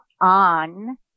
on